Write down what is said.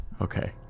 Okay